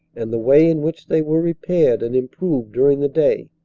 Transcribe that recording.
and the way in which they were repaired and improved during the day,